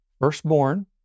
firstborn